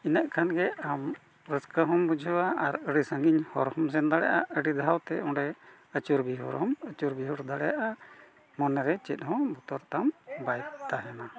ᱤᱱᱟᱹᱜ ᱠᱷᱟᱱ ᱜᱮ ᱟᱢ ᱨᱟᱹᱥᱠᱟᱹ ᱦᱚᱸᱢ ᱵᱩᱡᱷᱟᱹᱣᱟ ᱟᱨ ᱟᱹᱰᱤ ᱥᱟᱺᱜᱤᱧ ᱦᱚᱨ ᱦᱚᱸᱢ ᱥᱮᱱ ᱫᱟᱲᱮᱭᱟᱜᱼᱟ ᱟᱹᱰᱤ ᱫᱷᱟᱣ ᱛᱮ ᱚᱸᱰᱮ ᱟᱹᱪᱩᱨ ᱵᱤᱦᱩᱨ ᱦᱚᱸᱢ ᱟᱹᱪᱩᱨ ᱵᱤᱦᱩᱨ ᱫᱟᱲᱮᱭᱟᱜᱼᱟ ᱢᱚᱱᱮ ᱨᱮ ᱪᱮᱫ ᱦᱚᱸ ᱵᱚᱛᱚᱨ ᱛᱟᱢ ᱵᱟᱭ ᱛᱟᱦᱮᱱᱟ